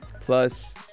Plus